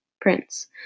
Prince